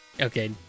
Okay